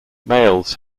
males